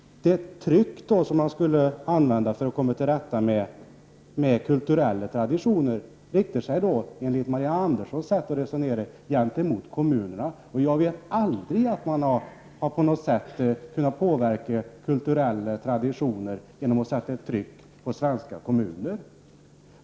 Det tryck som man vill använda för att komma till rätta med kulturella traditioner skall enligt Marianne Anderssons sätt att resonera rikta sig mot kommunerna. Jag känner inte till att man på något sätt har kunnat påverka kulturella traditioner genom att sätta ett tryck på svenska kommuner.